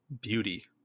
beauty